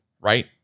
right